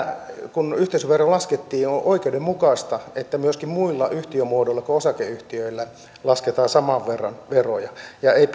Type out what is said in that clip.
kun yhteisöveroa laskettiin on oikeudenmukaista että myöskin muilla yhtiömuodoilla kuin osakeyhtiöillä lasketaan saman verran veroja ja ei